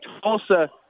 Tulsa –